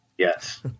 Yes